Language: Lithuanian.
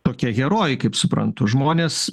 tokie herojai kaip suprantu žmonės